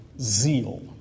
zeal